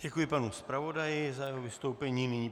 Děkuji panu zpravodaji za vystoupení.